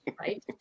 right